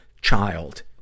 child